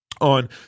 on